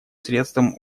средством